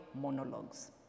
monologues